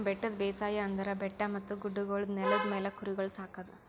ಬೆಟ್ಟದ ಬೇಸಾಯ ಅಂದುರ್ ಬೆಟ್ಟ ಮತ್ತ ಗುಡ್ಡಗೊಳ್ದ ನೆಲದ ಮ್ಯಾಲ್ ಕುರಿಗೊಳ್ ಸಾಕದ್